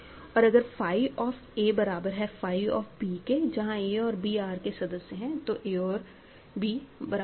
तो अगर phi of a बराबर है फाई ऑफ़ b के जहाँ a और b R के सदस्य हैं तो a और b बराबर है